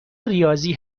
ریاضی